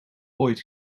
ooit